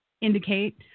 indicate